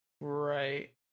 Right